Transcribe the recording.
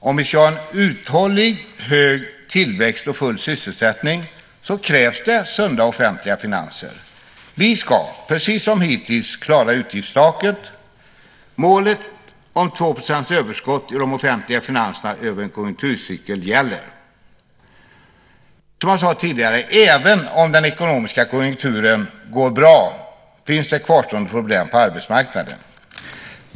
Om vi ska ha en uthållig hög tillväxt och full sysselsättning krävs det sunda offentliga finanser. Vi ska, precis som hittills, klara utgiftstaket. Målet om 2 % överskott i de offentliga finanserna över en konjunkturcykel gäller. Som jag sade tidigare: Även om den ekonomiska konjunkturen går bra finns det kvarstående problem på arbetsmarknaden.